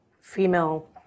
female